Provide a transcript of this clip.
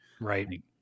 Right